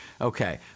Okay